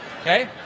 Okay